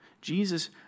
Jesus